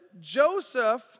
Joseph